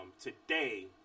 Today